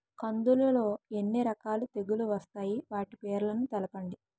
కందులు లో ఎన్ని రకాల తెగులు వస్తాయి? వాటి పేర్లను తెలపండి?